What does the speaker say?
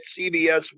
CBS